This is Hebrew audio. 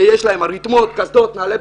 שיש להם רתמות, קסדות והם